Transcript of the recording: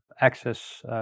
Access